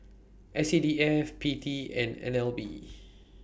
S C D F P T and N L B